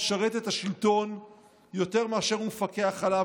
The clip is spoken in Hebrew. המשרת את השלטון יותר מאשר הוא מפקח עליו,